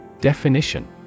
Definition